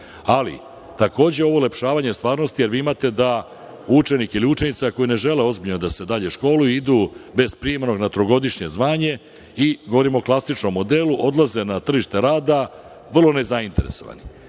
Ali, takođe ovo ulepšavanje stvarnosti, jer vi imate da učenik ili učenica koji ne žele ozbiljno da se dalje školuju idu bez prijemnog na trogodišnje zvanje i govorimo o klasičnom modelu, odlaze na tržište rada vrlo nezainteresovani.